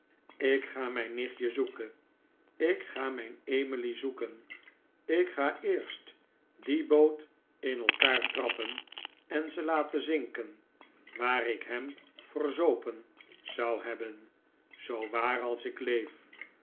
ik ga mijn nichtje zoeken ik ga mijn emily zoeken ik ga eerst die boot in elkaar trappen en ze laten zinken waar ik hem verzopen zou hebben zoo waar als ik leef